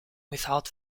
without